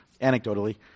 anecdotally